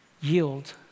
yield